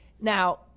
Now